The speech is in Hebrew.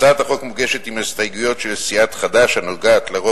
הצעת החוק מוגשת עם הסתייגויות של סיעת חד"ש הנוגעות לרוב